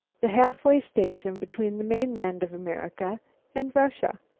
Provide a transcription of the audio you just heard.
the halfway station between the mainland of america and russia.